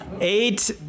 Eight